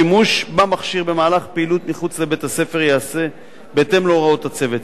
השימוש במכשיר במהלך פעילות מחוץ לבית-הספר ייעשה בהתאם להוראות הצוות.